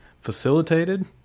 facilitated